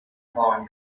foreign